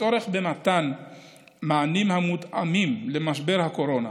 הצורך במתן מענים המותאמים למשבר הקורונה,